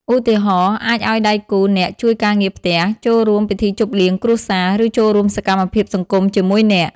ឧទាហរណ៍ អាចឲ្យដៃគូអ្នកជួយការងារផ្ទះ ចូលរួមពិធីជប់លៀងគ្រួសារ ឬចូលរួមសកម្មភាពសង្គមជាមួយអ្នក។